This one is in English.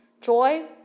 Joy